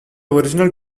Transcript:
original